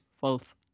false